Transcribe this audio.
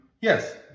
yes